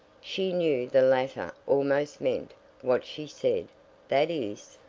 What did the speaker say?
she knew the latter almost meant what she said that is,